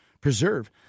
preserve